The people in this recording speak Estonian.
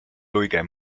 luige